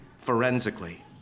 forensically